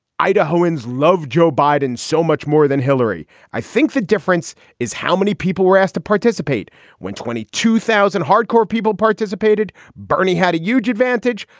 idahoans love joe biden so much more than hillary. i think the difference is how many people were asked to participate when twenty two thousand hardcore people participated. bernie had a huge advantage.